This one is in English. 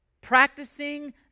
Practicing